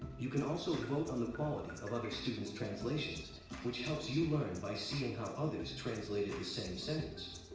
you can also vote on the quality of other students' translations which helps you learn by seeing how others translated the same sentence.